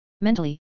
Mentally